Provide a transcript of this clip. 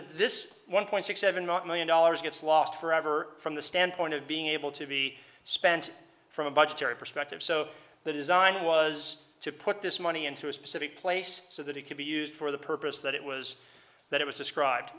that this one point six seven million dollars gets lost forever from the standpoint of being able to be spent from a budgetary perspective so the design was to put this money into a specific place so that it could be used for the purpose that it was that it was described